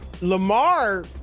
Lamar